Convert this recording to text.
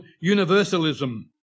universalism